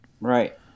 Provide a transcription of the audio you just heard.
Right